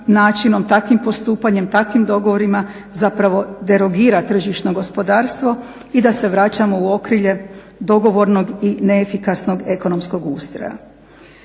načinom, takvim postupanjem, takvim dogovorima zapravo derogira tržišno gospodarstvo i da se vraćamo u okrilje dogovornog i neefikasnog ekonomskog ustroja.